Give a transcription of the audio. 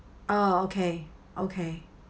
oh okay okay